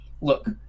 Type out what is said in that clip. look